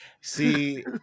See